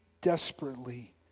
desperately